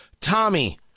Tommy